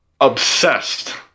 obsessed